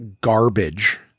garbage